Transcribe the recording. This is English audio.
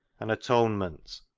an atonement